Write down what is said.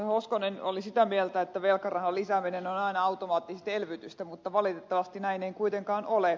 hoskonen oli sitä mieltä että velkarahan lisääminen on aina automaattisesti elvytystä mutta valitettavasti näin ei kuitenkaan ole